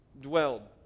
dwelled